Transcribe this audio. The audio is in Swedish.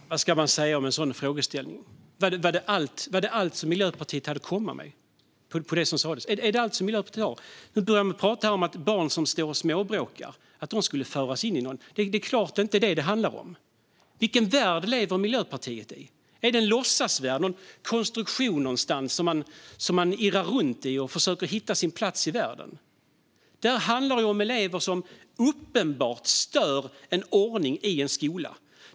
Herr talman! Vad ska man säga om en sådan frågeställning? Är det allt som Miljöpartiet har att komma med som svar på det som sades? Här börjar man prata om att barn som står och småbråkar skulle föras in någonstans. Det är klart att det inte handlar om det! Vilken värld lever Miljöpartiet i? Är det en låtsasvärld, en konstruktion någonstans, där man irrar runt och försöker hitta sin plats? Det här handlar om elever som uppenbart stör ordningen i en skola.